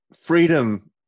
Freedom